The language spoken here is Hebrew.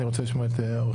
אני רוצה לשמוע את מירי.